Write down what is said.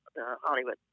Hollywood